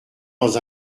dans